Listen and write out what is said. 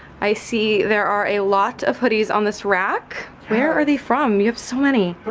i see there are a lot of hoodies on this rack where are they from you have so many?